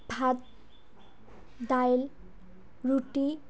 ভাত দাইল ৰুটি